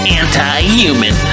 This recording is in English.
anti-human